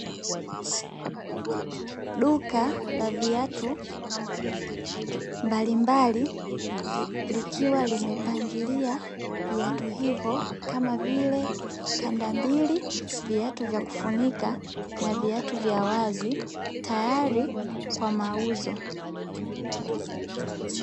Duka la viatu mbalimbali likiwa limepangilia viatu hivyo kama vile kanda mbili, viatu vya kufunika na viatu vya wazi tayari kwa mauzo.